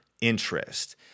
interest